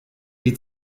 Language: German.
die